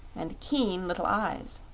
and keen little eyes.